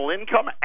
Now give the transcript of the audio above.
income